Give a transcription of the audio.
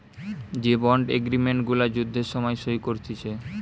যে bond agreement গুলা যুদ্ধের সময় সই করতিছে